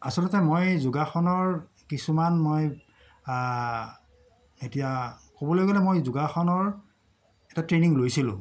আচলতে মই যোগাসনৰ কিছুমান মই এতিয়া ক'বলৈ গ'লে মই যোগাসনৰ এটা ট্ৰেইনিং লৈছিলোঁ